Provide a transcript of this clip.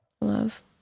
Love